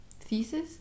thesis